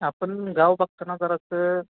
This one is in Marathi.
आपण गाव बघताना जरासं